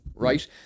right